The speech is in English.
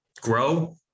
grow